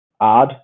add